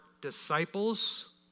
disciples